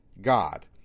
God